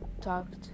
talked